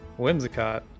Whimsicott